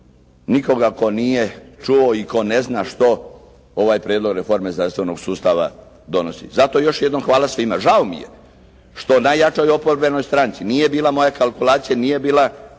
nikoga tko nije čuo i tko ne znam što ovaj prijedlog reforme zdravstvenog sustava donosi. Zato još jednom hvala svima, žao mi je što najjačoj oporbenoj stranci nije bila moja kalkulacija, nije bila